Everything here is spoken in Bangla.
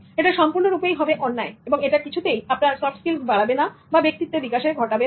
এটা সম্পূর্ণরূপেই হবে অন্যায় এবং এটা কিছুতেই আপনার সফট স্কিলস বাড়াবে না বা ব্যক্তিত্বের বিকাশ ঘটাবে না